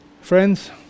Friends